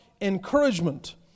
encouragement